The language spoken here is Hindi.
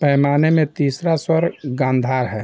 पैमाने में तीसरा स्वर गांधार है